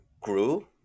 grew